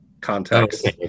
context